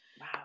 wow